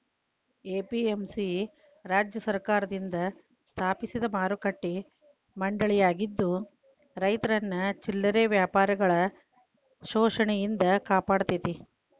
APMC ರಾಜ್ಯ ಸರ್ಕಾರದಿಂದ ಸ್ಥಾಪಿಸಿದ ಮಾರುಕಟ್ಟೆ ಮಂಡಳಿಯಾಗಿದ್ದು ರೈತರನ್ನ ಚಿಲ್ಲರೆ ವ್ಯಾಪಾರಿಗಳ ಶೋಷಣೆಯಿಂದ ಕಾಪಾಡತೇತಿ